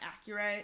accurate